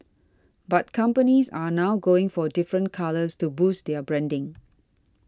but companies are now going for different colours to boost their branding